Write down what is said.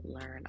learn